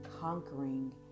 conquering